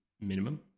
minimum